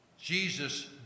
Jesus